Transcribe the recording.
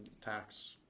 tax